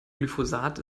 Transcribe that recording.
glyphosat